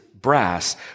brass